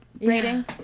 rating